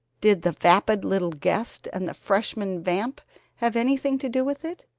did the vapid little guest and the freshman vamp have anything to do with it?